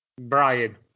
Brian